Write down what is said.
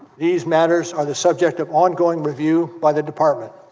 these matters are the subject of ongoing review by the department